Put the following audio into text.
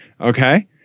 Okay